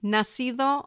Nacido